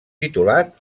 titulat